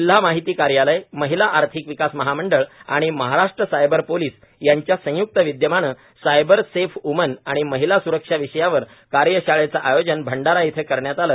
जिल्हा माहिती कार्यालय महिला आर्थिक विकास महामंडळ व महाराष्ट्र सायबर पोलीस यांच्या संय्क्त विदयमाने सायबर सेफ व्मन व महिला स्रक्षा विषयावर कार्यशाळेचे आयोजन भंडारा येथे करण्यात आले